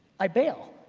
i bail.